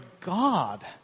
God